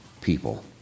people